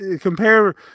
compare